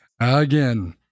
again